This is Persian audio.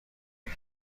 ایم